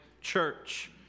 Church